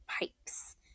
pipes